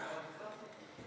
סניף של מרצ.